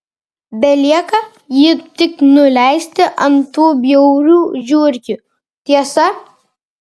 belieka jį tik nuleisti ant tų bjaurių žiurkių tiesa